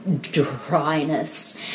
dryness